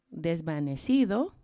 desvanecido